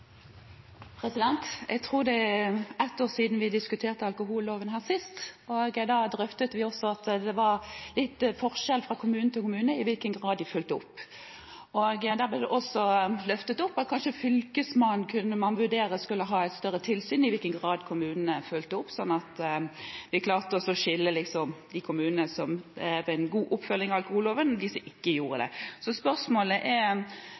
replikkordskifte. Jeg tror det er ett år siden vi sist diskuterte alkoholloven her. Da drøftet vi også at det var litt forskjell fra kommune til kommune, i hvilken grad de fulgte opp dette. Da ble det løftet fram at kanskje Fylkesmannen skulle ha et større tilsyn med i hvilken grad kommunene fulgte opp dette, slik at man kunne skille de kommunene som har en god oppfølging av alkoholloven, og de som ikke har det. Så spørsmålet er: